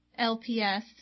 LPS